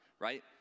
right